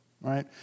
right